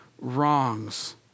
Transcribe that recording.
wrongs